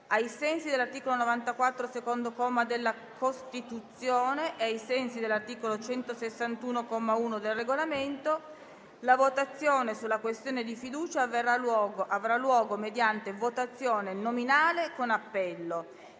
ai sensi dell'articolo 94, secondo comma, della Costituzione e ai sensi dell'articolo 161, comma 1, del Regolamento, la votazione sulla questione di fiducia avrà luogo mediante votazione nominale con appello.